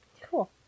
Cool